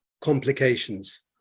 complications